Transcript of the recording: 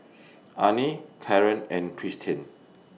Arnie Caren and Tristian